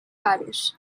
parish